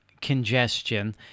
congestion